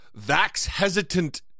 vax-hesitant